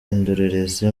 indorerezi